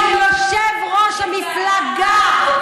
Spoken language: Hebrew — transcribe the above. אתה יושב-ראש המפלגה.